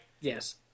Yes